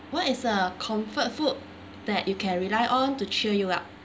what is a comfort food that you can rely on to cheer you up